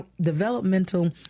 developmental